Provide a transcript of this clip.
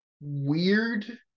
weird